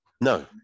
No